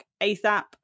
ASAP